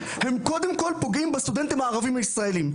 הם קודם כול פוגעים בסטודנטים הערבים ישראלים,